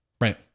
Right